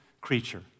creature